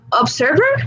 observer